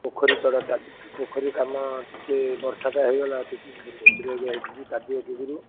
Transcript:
ପୋଖରୀ ତଡ଼ା ଚାଲିଛି ପୋଖରୀ କାମ ଟିକେ ବର୍ଷାଟା ହୋଇଗଲା ଟିକେ କାଦୁଅ ଯୋଗରୁ